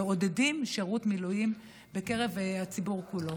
המעודדים שירות מילואים בקרב הציבור כולו.